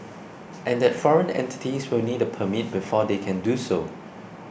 and that foreign entities will need a permit before they can do so